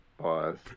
Pause